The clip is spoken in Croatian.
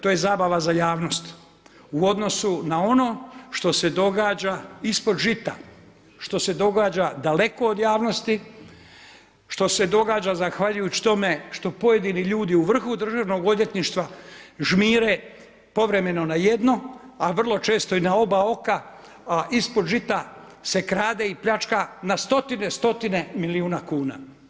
To je zabava za javnost u odnosu na ono što se događa „ispod žita“, što se događa daleko od javnosti, što se događa zahvaljujući tome što pojedini ljudi u vrhu Državnog odvjetništva žmire povremeno na jedno, a vrlo često i na oba oka, a ispod žita se krade i pljačka na stotine, stotine milijuna kuna.